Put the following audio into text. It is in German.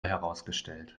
herausgestellt